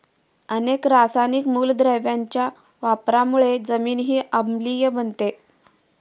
अनेक रासायनिक मूलद्रव्यांच्या वापरामुळे जमीनही आम्लीय बनते